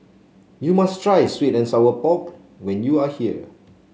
you must try sweet and Sour Pork when you are here